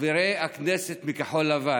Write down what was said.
חברי הכנסת מכחול לבן,